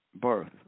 birth